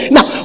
Now